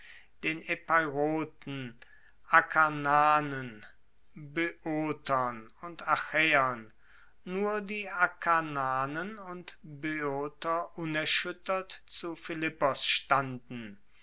den epeiroten akarnanen boeotern und achaeern nur die akarnanen und boeoter unerschuettert zu philippos standen